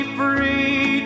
free